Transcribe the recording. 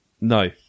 no